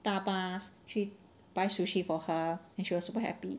搭 bus 去 buy sushi for her and she was super happy